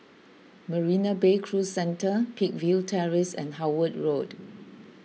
Marina Bay Cruise Centre Peakville Terrace and Howard Road